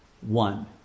one